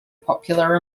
popular